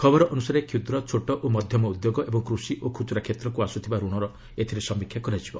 ଖବର ଅନୁସାରେ କ୍ଷୁଦ୍ର ଛୋଟ ଓ ମଧ୍ୟମ ଉଦ୍ୟୋଗ ଏବଂ କୃଷି ଓ ଖୁଚୁରା କ୍ଷେତ୍ରକୁ ଆସୁଥିବା ଋଣର ଏଥିରେ ସମୀକ୍ଷା କରାଯିବ